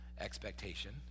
expectation